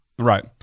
right